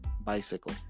bicycle